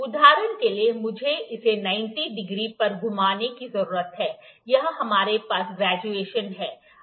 उदाहरण के लिए मुझे इसे 90 डिग्री पर घुमाने की जरूरत है यहां हमारे पास ग्रेजुएशनहैं